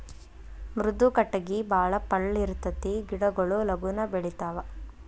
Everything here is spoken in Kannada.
ಮೃದು ಕಟಗಿ ಬಾಳ ಪಳ್ಳ ಇರತತಿ ಗಿಡಗೊಳು ಲಗುನ ಬೆಳಿತಾವ